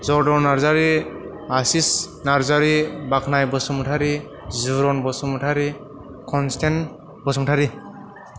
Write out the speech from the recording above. Jordan Narzary Ashish Narzary Bakhnai Basumatary Juran Basumatary Khanasthen Basumatary